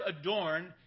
adorn